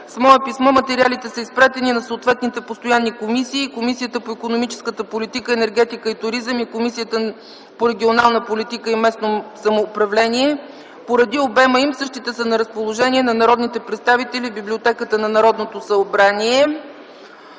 С мое писмо материалите са изпратени на съответните постоянни комисии: Комисията по икономическа политика, енергетика и туризъм и Комисията по регионална политика и местно самоуправление. Поради обема им същите са на разположение на народните представители в Библиотеката на Народното събрание.